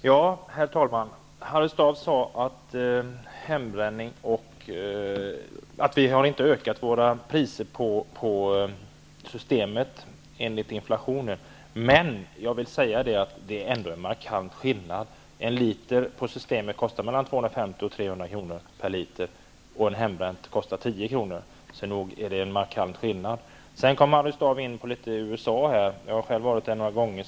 Herr talman! Harry Staaf sade att vi inte har ökat våra priser på Systemet i takt med inflationen. Men det är ändå en markant skillnad. En liter på Systemet kostar mellan 250 och 300 kr., och en liter hembränt kostar 10 kr. Sedan kom Harry Staaf in litet på förhållandena i USA. Jag har själv varit där några gånger.